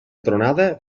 tronada